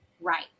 Right